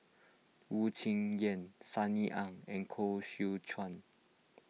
Wu Tsai Yen Sunny Ang and Koh Seow Chuan